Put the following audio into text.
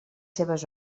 seves